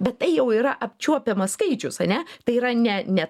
bet tai jau yra apčiuopiamas skaičius ane tai yra ne ne